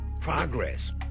progress